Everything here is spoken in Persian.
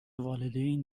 والدین